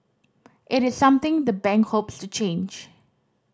it is something the bank hopes to change